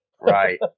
Right